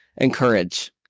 Encourage